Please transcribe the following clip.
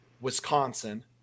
Wisconsin